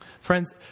Friends